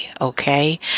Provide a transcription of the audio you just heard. Okay